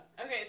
okay